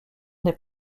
des